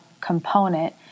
component